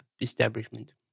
establishment